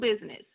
business